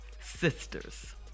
sisters